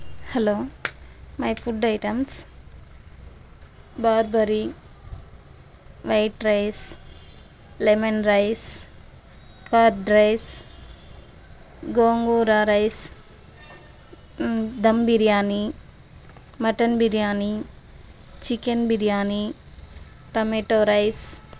hello my food items బార్బరి white rice lemon rice curd rice gongura rice dum biryani mutton biryani chicken biryani tomato rice